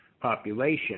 population